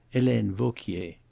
helene vauquier.